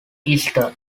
easter